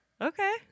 Okay